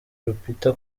lupita